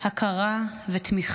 הכרה ותמיכה.